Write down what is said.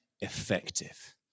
effective